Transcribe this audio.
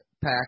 pack